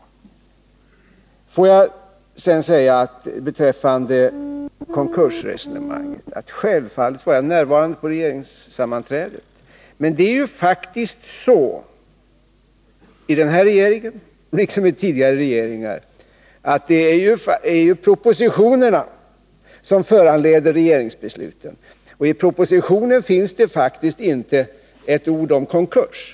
Låt mig sedan beträffande konkursresonemanget säga att jag självfallet var närvarande på regeringssammanträdet. Men i den här regeringen liksom i tidigare regeringar är det propositionerna som föranleder regeringsbesluten. Och i propositionen finns det faktiskt inte ett ord om konkurs.